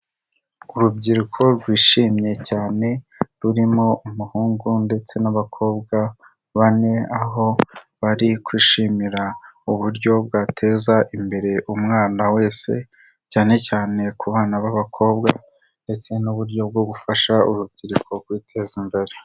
Urubyiruko rwishimye cyane, rurimo umuhungu ndetse n'abakobwa bane, aho bari kwishimira uburyo bwateza imbere umwana wese, cyane cyane ku bana b'abakobwa, ndetse n'uburyo bwo gufasha urubyiruko kwiteza imbere.